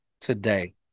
today